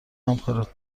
همکارت